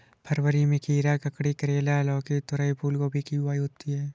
फरवरी में खीरा, ककड़ी, करेला, लौकी, तोरई, फूलगोभी की बुआई होती है